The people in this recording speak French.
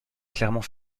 clermont